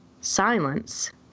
silence